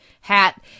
hat